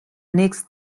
next